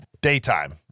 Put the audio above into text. daytime